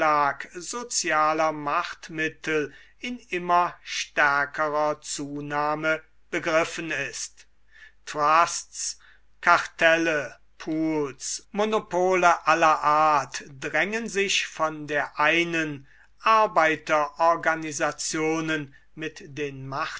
sozialer machtmittel in immer stärkerer zunahme begriffen ist trusts kartelle pools monopole aller art drängen sich von der einen arbeiterorganisationen mit den